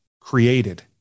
created